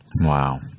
Wow